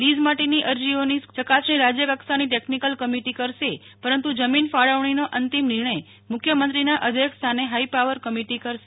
lease માટેની અરજીઓની ચકાસણી રાજ્યકક્ષાની ટેકનીકલ કમિટી કરશે પરંતુ જમીન ફાળવણીનો અંતિમ નિર્ણય મુખ્યમંત્રીના અધ્યક્ષસ્થાને હાઈપાવર કમિટી કરશે